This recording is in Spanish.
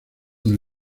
del